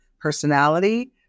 personality